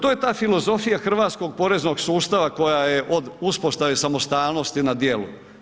To je ta filozofija hrvatskog poreznog sustava koja je od uspostave samostalnosti na djelu.